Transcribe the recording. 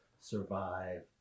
survive